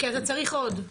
כי אתה צריך עוד.